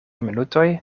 minutoj